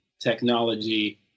technology